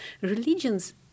religions